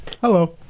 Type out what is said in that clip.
hello